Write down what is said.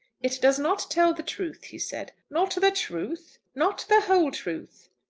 it does not tell the truth, he said. not the truth! not the whole truth.